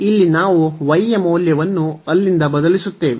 ಇಲ್ಲಿ ನಾವು y ಯ ಮೌಲ್ಯವನ್ನು ಅಲ್ಲಿಂದ ಬದಲಿಸುತ್ತೇವೆ